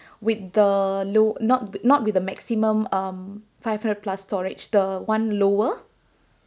then with the low not not with the maximum um five hundred plus storage the [one] lower